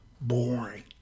boring